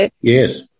Yes